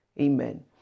Amen